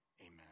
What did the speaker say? Amen